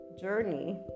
journey